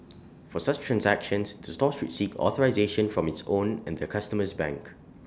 for such transactions the store should seek authorisation from its own and the customer's bank